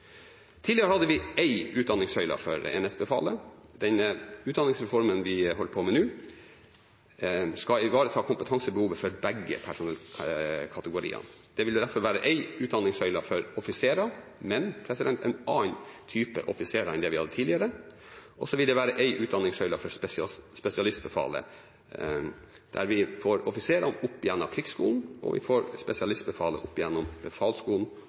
Tidligere hadde vi én utdanningssøyle for enhetsbefalet. Utdanningsreformen vi holder på med nå, skal ivareta kompetansebehovet for begge personellkategoriene. Det vil derfor være en utdanningssøyle for offiserer – men en annen type offiserer enn det vi hadde tidligere – og det vil være en utdanningssøyle for spesialistbefalet. Vi får offiserene gjennom Krigsskolen, og vi får spesialistbefalet gjennom Befalsskolen